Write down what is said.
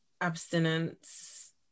abstinence